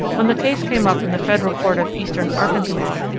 when the case came up in the federal court of eastern arkansas,